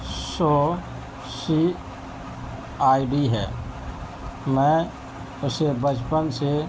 show C I D ہے میں اسے بچپن سے